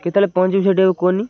କେତେବେଳେ ପହଞ୍ଚିବୁ ସେଠି ଆଉ କୁହନି